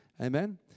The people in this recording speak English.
Amen